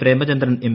Premachandran M